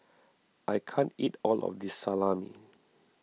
I can't eat all of this Salami